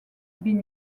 been